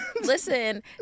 Listen